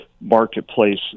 marketplace